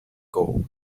gold